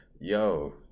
yo